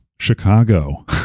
Chicago